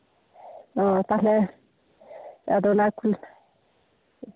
ᱟᱫᱚ ᱛᱟᱦᱞᱮ ᱚᱱᱟ ᱠᱚ